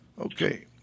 okay